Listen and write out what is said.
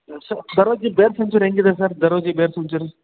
ಸ sir Daroji bear sanctuary ಹೇಗಿದೆ sir Daroji bear century